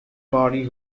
party